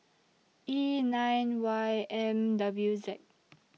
E nine Y M W Z